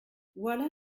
voilà